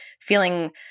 feeling